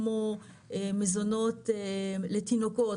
כמו מזונות לתינוקות,